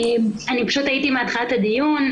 אני הייתי מתחילת הדיון,